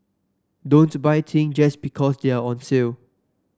don't buy things just because they are on sale